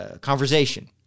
conversation